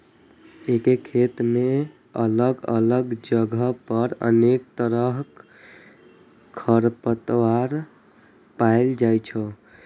एके खेत मे अलग अलग जगह पर अनेक तरहक खरपतवार पाएल जाइ छै